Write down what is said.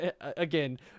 again